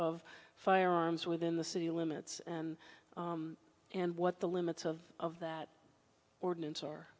of firearms within the city limits and and what the limits of that ordinance are